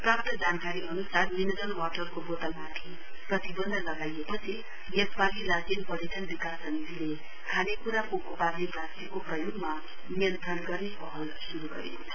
प्राप्त जानकारी अन्सार मिनिरल वाटरको बोतलमाथि प्रतिबन्ध लगाएपछि यसपाली लाचेन पर्यटन विकास समितिले खाने क्रा पोको पार्ने प्लास्टिकको प्रयोगमा नियन्त्रण गर्ने पहल शुरू गरेको छ